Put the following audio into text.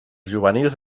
juvenils